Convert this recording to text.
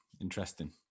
Interesting